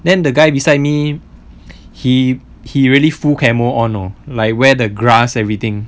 then the guy beside me he he really full camo on know like wear the grass everything